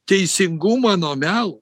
teisingumą nuo miau